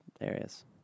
areas